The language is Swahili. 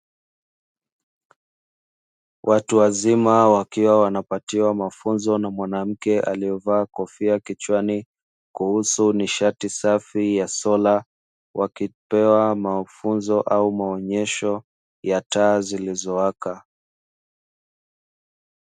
Watu wazima wakiwa wanapatiwa mafunzo na mwanamke aliyevaa kofia kichwani; kuhusu nishati safi ya sola, wakipewa mafunzo au maonyesho ya taa zilizowaka.